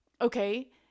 Okay